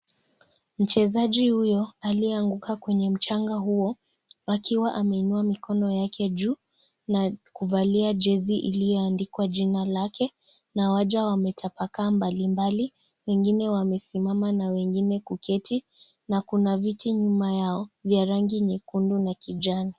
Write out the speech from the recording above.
Mchezaji huyo aliyeanguka kwenye mchanga huo, akiwa ameinua mikono yake juu na kuvalia jezi ilioandikwa jina lake na waja wametapakaa mbalimali, wengine wamesimama na wengine kuketi na kuna viti nyuma yao vya rangi nyekundu na kijani.